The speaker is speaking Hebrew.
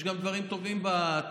יש גם דברים טובים בתקציב,